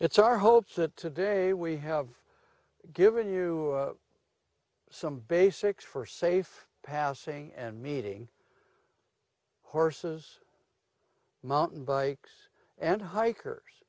it's our hope that today we have given you some basics for safe passing and meeting horses mountain bikes and hikers